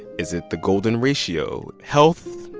is it the golden ratio health,